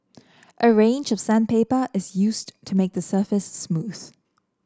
a range of sandpaper is used to to make the surface smooth